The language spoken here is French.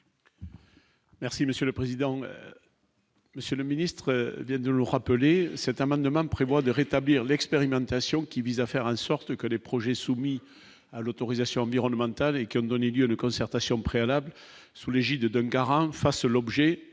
Merci monsieur le président, Monsieur le Ministre, d'être rappelé cet amendement prévoit de rétablir l'expérimentation qui vise à faire en sorte que les projets soumis à l'autorisation environnementale et qui ont donné lieu de concertation préalables, sous l'égide d'un garage, fasse l'objet a lieu